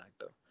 actor